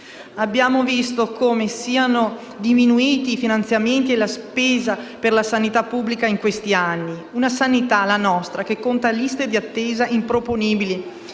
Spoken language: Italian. Abbiamo visto come siano diminuiti i finanziamenti e la spesa per la sanità pubblica in questi anni. Una sanità, la nostra, che conta liste di attesa improponibili